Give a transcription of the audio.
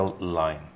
line